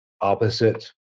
opposite